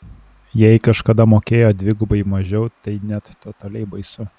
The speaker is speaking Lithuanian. jei kažkada mokėjo dvigubai mažiau tai net totaliai baisu